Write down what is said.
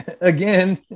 again